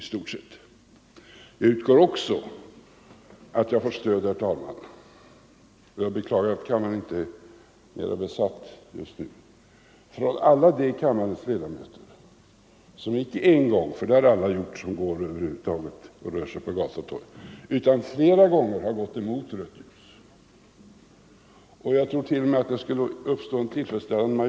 Jag utgår också från att jag får stöd - jag beklagar att kammaren inte är mer besatt just nu — av alla de kammarens ledamöter som inte en gång, för det har alla gjort som rört sig på gator och torg, utan flera gånger har gått mot rött ljus.